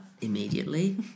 immediately